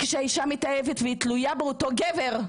כשהאישה מתאהבת והיא תלויה באותו גבר,